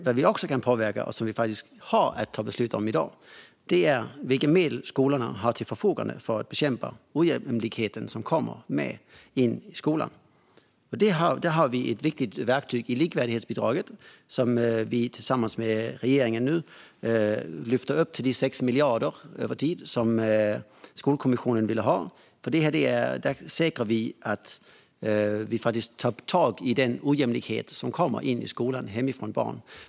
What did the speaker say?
Vad vi kan påverka, och som vi faktiskt ska fatta beslut om i dag, är vilka medel skolorna har till förfogande för att bekämpa ojämlikheten i skolan. Det finns ett viktigt verktyg i likvärdighetsbidraget, som vi lägger fram tillsammans med regeringen, på 6 miljarder över tid och som Skolkommissionen har föreslagit. Då säkrar vi förmågan att ta itu med den ojämlikhet som följer med barnen till skolan.